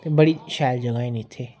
ते बड़े शैल जगह् ऐ न इत्थे